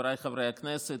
חבריי חברי הכנסת,